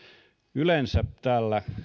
yleensä täällä